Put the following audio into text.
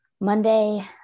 Monday